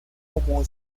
como